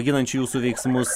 ginančių jūsų veiksmus